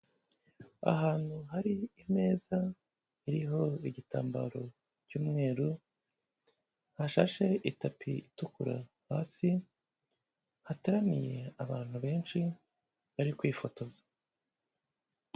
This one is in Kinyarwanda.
Ahantu hari imeza iriho igitambaro cy'umweru, hashashe itapi itukura hasi, hateraniye abantu benshi bari kwifotoza.